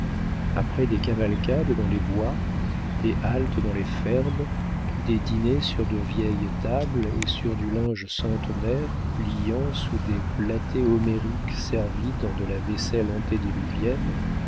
après des cavalcades dans les bois des haltes dans les fermes des dîners sur de vieilles tables et sur du linge centenaire pliant sous des platées homériques servies dans de la vaisselle antédiluvienne